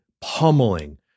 pummeling